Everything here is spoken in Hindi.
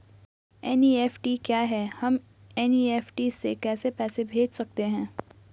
एन.ई.एफ.टी क्या है हम एन.ई.एफ.टी से कैसे पैसे भेज सकते हैं?